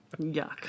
Yuck